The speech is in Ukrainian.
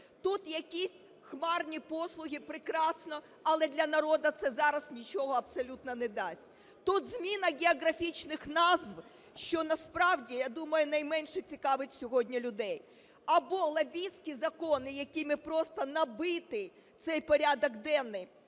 Тут якісь хмарні послуги – прекрасно, але для народу це зараз нічого абсолютно не дасть. Тут – зміна географічних назв, що насправді, я думаю, найменше цікавить сьогодні людей. Або лобістські закони, якими просто набитий цей порядок денний.